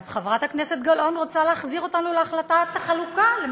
אז חברת הכנסת גלאון רוצה להחזיר אותנו להחלטת החלוקה,